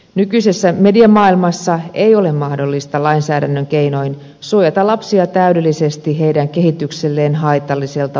nykyisessä mediamaailmassa ei ole mahdollista lainsäädännön keinoin suojata lapsia täydellisesti heidän kehitykselleen haitalliselta ohjelmistolta